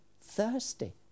thirsty